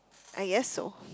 I guess so